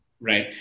right